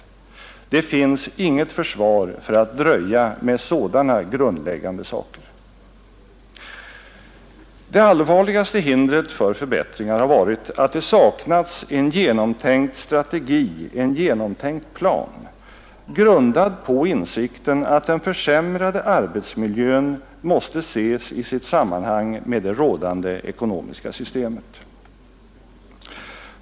Det finns inget försvar för att dröja med sådana grundläggande saker. Det allvarligaste hindret för förbättringar har varit att det saknats en genomtänkt strategi, en genomtänkt plan, grundad på insikten att den försämrade arbetsmiljön måste ses i sitt sammanhang med det rådande ekonomiska systemet.